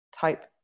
type